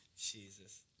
Jesus